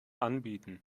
anbieten